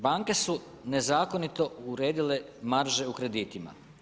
Banke su nezakonito uredile marže u kreditima.